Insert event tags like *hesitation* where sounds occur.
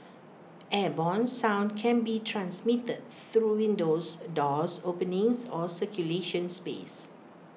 airborne sound can be transmitted through windows *hesitation* doors openings or circulation space